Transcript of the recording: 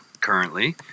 currently